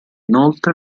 inoltre